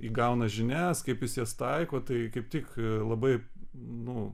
įgauna žinias kaip jis jas taiko tai kaip tik labai nu